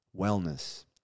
wellness